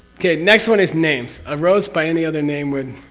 okay, next one is names. a rose by any other name would